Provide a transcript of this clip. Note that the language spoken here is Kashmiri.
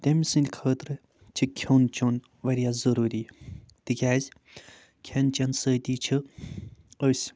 تٔمۍ سٕنٛدۍ خٲطرٕ چھِ کھیوٚن چیوٚن واریاہ ضٔروٗری تِکیٛازِ کھٮ۪نہٕ چٮ۪نہٕ سۭتی چھِ أسۍ